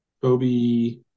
Kobe